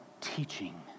teaching